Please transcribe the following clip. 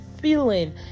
feeling